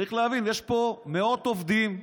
צריך להבין, יש פה מאות עובדים,